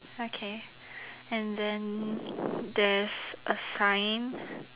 okay and then there's a sign